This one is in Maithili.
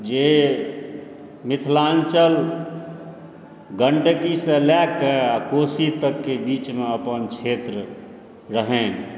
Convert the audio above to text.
जे मिथिलाञ्चल गण्डकीसँ लए कऽ आओर कोशी तकके बीचमे अपन क्षेत्र रहनि